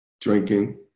drinking